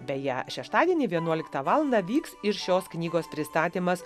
beje šeštadienį vienuoliktą valandą vyks ir šios knygos pristatymas